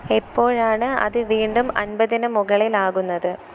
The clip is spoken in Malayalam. എപ്പോഴാണ് അത് വീണ്ടും അൻപതിന് മുകളിലാകുന്നത്